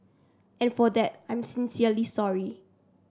and for that I'm sincerely sorry